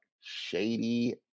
shady